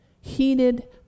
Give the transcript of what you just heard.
heated